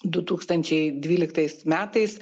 du tūkstančiai dvyliktais metais